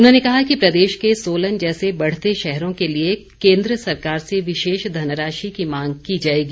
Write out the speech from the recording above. उन्होंने कहा कि प्रदेश के सोलन जैसे बढ़ते शहरों के लिए केन्द्र सरकार से विशेष धनराशि की मांग की जाएगी